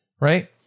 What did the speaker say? Right